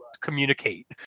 communicate